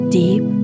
deep